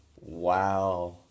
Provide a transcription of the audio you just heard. Wow